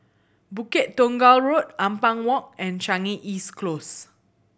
Bukit Tunggal Road Ampang Walk and Changi East Close